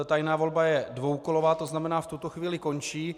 Tajná volba je dvoukolová, to znamená, v tuto chvíli končí.